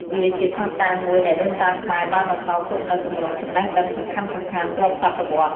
វាជាភស្តុតាងមួយដែលដូនតាខ្មែរបានបន្សល់ទុកនូវទម្រង់ចំណេះដឹងសំខាន់ៗរាប់សតវត្សរ៍។